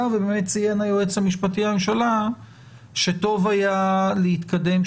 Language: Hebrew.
ובאמת ציין היועץ המשפטי לממשלה שטוב היה להתקדם,